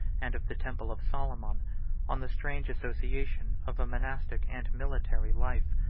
and of the temple of solomon on the strange association of a monastic and military life,